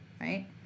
right